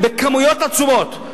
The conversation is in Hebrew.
בכמויות עצומות.